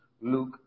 Luke